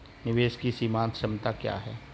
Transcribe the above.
निवेश की सीमांत क्षमता क्या है?